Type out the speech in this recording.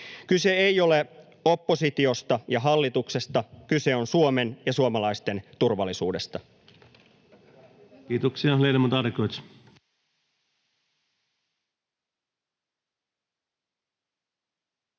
Kyse ei ole oppositiosta ja hallituksesta, kyse on Suomen ja suomalaisten turvallisuudesta. Kiitoksia.